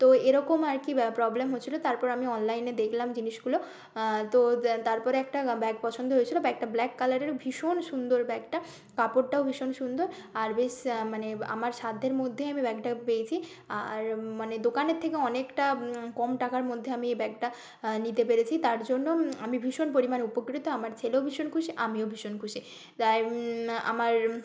তো এরকম আর কি ব্যা প্রবলেম হচ্ছিলো তারপর আমি অনলাইনে দেখলাম জিনিসগুলো তো তারপরে একটা ব্যাগ পছন্দ হয়েছিলো ব্যাগটা ব্ল্যাক কালারের ভীষণ সুন্দর ব্যাগটা কাপড়টাও ভীষণ সুন্দর আর বেশ মানে আমার সাধ্যের মধ্যেই আমি ব্যাগটা পেয়েছি আর মানে দোকানের থেকে অনেকটা কম টাকার মধ্যে আমি এই ব্যাগটা নিতে পেরেছি তার জন্য আমি ভীষণ পরিমাণে উপকৃত আমার ছেলেও ভীষণ খুশি আমিও ভীষণ খুশি তাই আমার